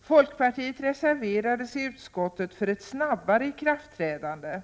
Folkpartiet reserverade sig i utskottet för ett snabbare ikraftträdande.